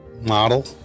Model